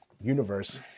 universe